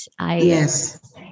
Yes